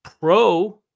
pro